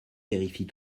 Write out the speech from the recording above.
vérifie